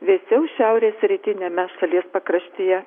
vėsiau šiaurės rytiniame šalies pakraštyje